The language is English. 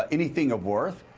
anything of worth,